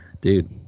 dude